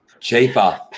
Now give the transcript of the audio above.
Cheaper